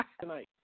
tonight